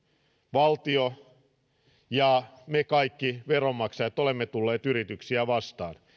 valtio on tullut ja me kaikki veronmaksajat olemme tulleet yrityksiä vastaan